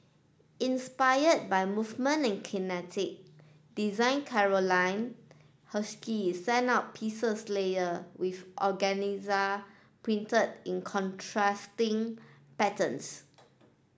inspired by movement and kinetic design Carolina Herrera sent out pieces layer with organza printed in contrasting patterns